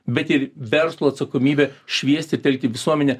bet ir verslo atsakomybę šviesti telkti visuomenę